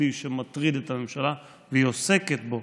משמעותי שמטריד את הממשלה והיא עוסקת בו